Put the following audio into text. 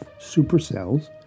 supercells